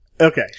Okay